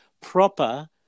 proper